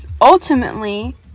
ultimately